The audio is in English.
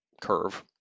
curve